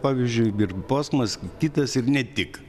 pavyzdžiui ir posmas kitas ir ne tik